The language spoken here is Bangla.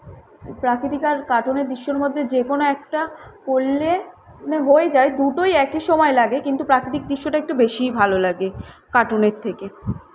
প্রাকৃতিক আর কার্টুনের দৃশ্যর মধ্যে যে কোনো একটা পড়লে মানে হয়ে যায় দুটোই একই সময় লাগে কিন্তু প্রাকৃতিক দৃশ্যটা একটু বেশিই ভালো লাগে কার্টুনের থেকে